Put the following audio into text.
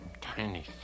Tiny